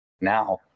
now